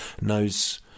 knows